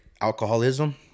alcoholism